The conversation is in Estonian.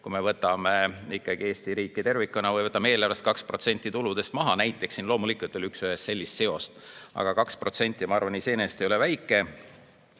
Kui me võtame ikkagi Eesti riigi tervikuna ja võtame eelarves 2% tuludest maha – siin loomulikult ole üksühest seost, aga 2%, ma arvan, iseenesest ei ole väike.